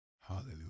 Hallelujah